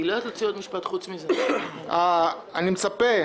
אני מצפה,